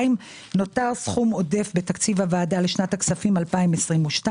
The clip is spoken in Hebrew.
2. "נותר סכום עודף בתקציב הוועדה לשנת הכספים 2022,